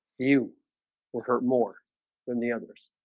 you will hurt more than the others